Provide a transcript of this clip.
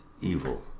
evil